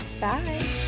bye